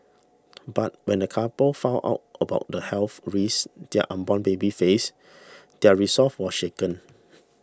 but when the couple found out about the health risks their unborn baby faced their resolve was shaken